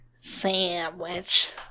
Sandwich